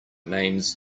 names